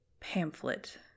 pamphlet